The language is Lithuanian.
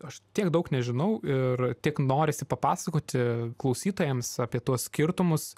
aš tiek daug nežinau ir tiek norisi papasakoti klausytojams apie tuos skirtumus